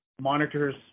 monitors